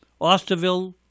Osterville